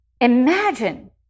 Imagine